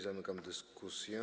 Zamykam dyskusję.